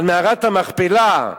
למערת המכפלה,